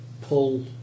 pull